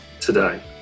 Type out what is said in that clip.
today